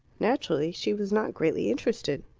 naturally she was not greatly interested.